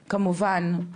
כמובן,